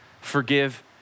Forgive